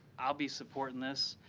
i'll be supporting this.